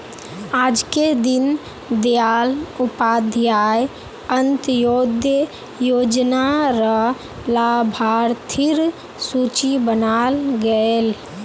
आजके दीन दयाल उपाध्याय अंत्योदय योजना र लाभार्थिर सूची बनाल गयेल